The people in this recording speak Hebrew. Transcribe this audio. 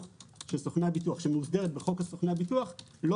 של סוכני הביטוח שמוסדרת בחוק סוגני הביטוח לא